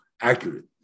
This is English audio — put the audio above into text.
accurate